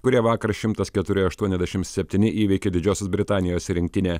kurie vakar šimtas keturi aštuoniasdešim septyni įveikė didžiosios britanijos rinktinę